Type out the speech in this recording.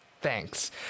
Thanks